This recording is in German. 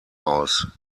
aus